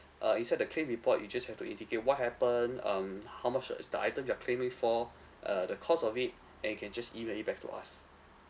uh inside the claim report you just have to indicate what happened um how much is the item you are claiming for uh the cost of it and you can just email it back to us